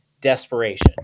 desperation